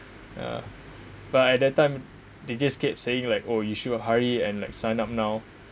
by that time they just keep saying like oh you should've hurry and like sign up now